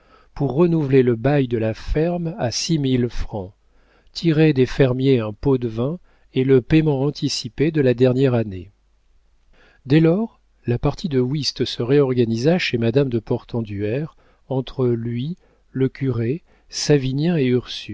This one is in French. pour renouveler le bail de la ferme à six mille francs tirer des fermiers un pot de vin et le payement anticipé de la dernière année dès lors la partie de whist se réorganisa chez madame de portenduère entre lui le curé savinien